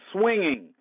swinging